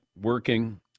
working